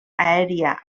aèria